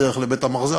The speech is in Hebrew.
בדרך לבית-המרזח,